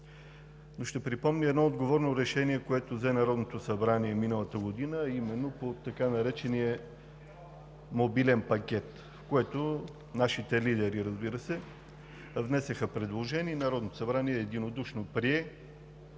Но ще припомня едно отговорно решение, което взе Народното събрание миналата година по така наречения мобилен пакет. Нашите лидери внесоха предложение и Народното събрание единодушно го